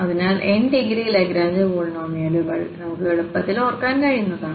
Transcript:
അതിനാൽ n degree Lagrange പോളിനോമിയലുകൾനമുക്ക് എളുപ്പത്തിൽ ഓർക്കാൻ കഴിയുന്നതാണ്